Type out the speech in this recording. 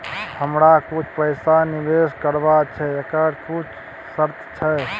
हमरा कुछ पैसा निवेश करबा छै एकर किछ शर्त छै?